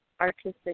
artistic